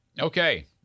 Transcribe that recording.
okay